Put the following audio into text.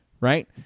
right